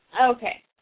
Okay